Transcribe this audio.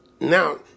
Now